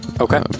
Okay